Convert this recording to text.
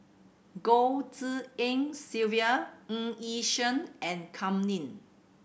Goh Tshin En Sylvia Ng Yi Sheng and Kam Ning